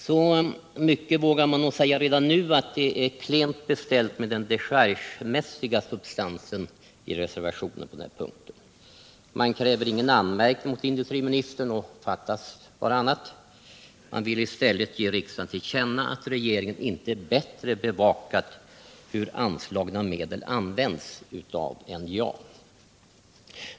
Så mycket vågar man nog säga redan nu som att det är klent beställt med den dechargemässiga substansen i reservationen. Man kräver ingen anmärkning mot industriministern — fattas bara det! Man vill i stället ge riksdagen till känna att regeringen bättre borde ha bevakat hur anslagna medel har använts av NJA.